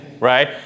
right